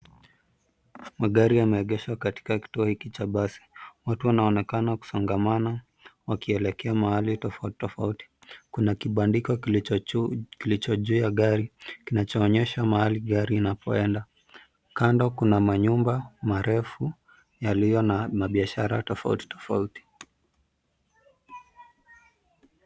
Magari yameegeshwa katika kituo hiki cha basi. Watu wanaonekana kusongamana wakielekea mahali tofauti tofauti. Kuna kibandiko kilicho juu ya gari kinachoonyesha mahali gari inapoenda. Kando kuna manyumba, marefu yaliyo na mabiashara tofauti tofauti.